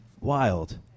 wild